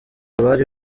abari